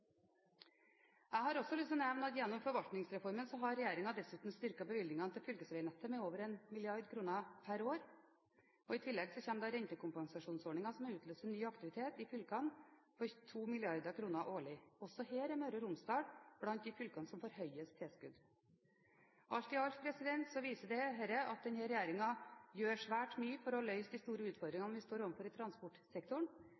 Jeg har også lyst til å nevne at gjennom forvaltningsreformen har regjeringen dessuten styrket bevilgningene til fylkesveinettet med over 1 mrd. kr per år. I tillegg kommer rentekompensasjonsordningen som har utløst en ny aktivitet i fylkene for 2 mrd. kr årlig. Også her er Møre og Romsdal blant de fylkene som får høyest tilskudd. Alt i alt viser dette at denne regjeringen gjør svært mye for å løse de store